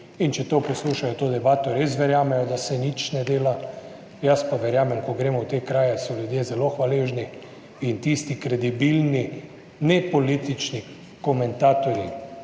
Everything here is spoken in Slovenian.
in če poslušajo to debato, res verjamejo, da se nič ne dela. Jaz pa verjamem, ko gremo v te kraje, so ljudje zelo hvaležni in tisti kredibilni, ne politični komentatorji,